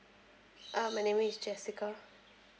uh my name is jessica